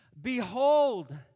Behold